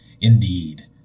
Indeed